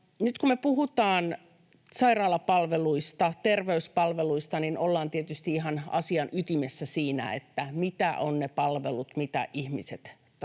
Nyt kun me puhutaan sairaalapalveluista, terveyspalveluista, niin ollaan tietysti ihan asian ytimessä siinä, mitä ovat ne palvelut, mitä ihmiset tarvitsevat